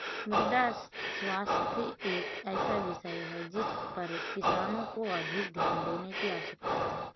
मृदा स्वास्थ्य एक ऐसा विषय है जिस पर किसानों को अधिक ध्यान देने की आवश्यकता है